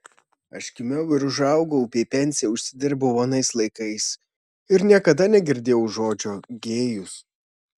aš gimiau ir užaugau bei pensiją užsidirbau anais laikais ir niekada negirdėjau žodžio gėjus